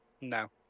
no